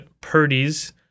Purdy's